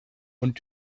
und